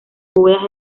bóvedas